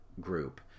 group